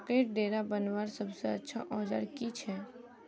मकईर डेरा बनवार सबसे अच्छा औजार की छे?